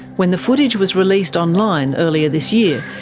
when the footage was released online earlier this year,